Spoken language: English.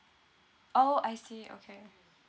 orh I see okay